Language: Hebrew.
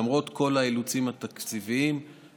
למרות כל האילוצים התקציביים,